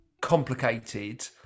complicated